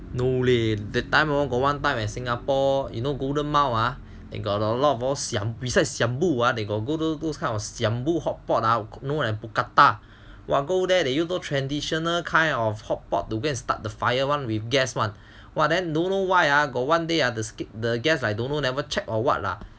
no leh that time hor got one time at Singapore you know golden mile ah and got a lot of of siam besides siambu they got go those kind of siambu hotpot known as mookata go there traditional kind of hotpot to go and start the fire [one] with gas [one] !wah! then know why ah got one day or the skip the gas like don't know never check or what lah